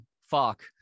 fuck